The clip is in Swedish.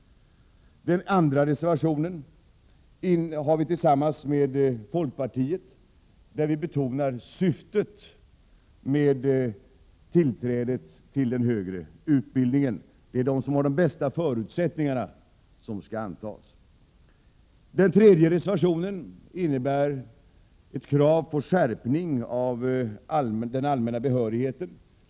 Reservation 2 har vi tillsammans med folkpartiet och där betonar vi syftet med behörighetsoch urvalsreglerna vid tillträde till högre utbildning. Det är de som har de bästa förutsättningarna som skall antas. I reservation 3 framför vi ett krav på skärpning av den allmänna behörigheten.